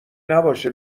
نباشه